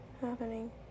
Happening